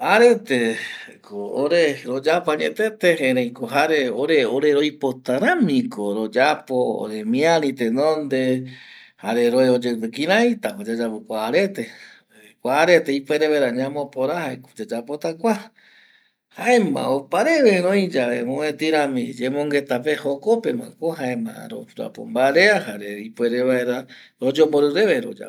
Arete ko ore royapo añetete erei ko jare ore roipotarami ko royapo oremiari tenonde jare roe oyoepe kireita pa royapo kua arete porque kua arate ipuere vaera ñamopora jaeko yayapota kua jaema opareve roiyave mopeti rami yemongueta pe jokope ma ko jaema royapo mbare jare ipuere vaera royembori reve mbae royapo